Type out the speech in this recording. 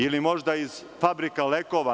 Ili možda iz fabrika lekova?